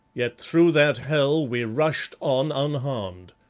yet through that hell we rushed on unharmed.